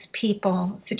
people